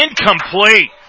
incomplete